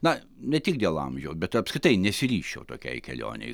na ne tik dėl amžiaus bet apskritai nesiryžčiau tokiai kelionei